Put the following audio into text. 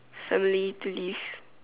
family to live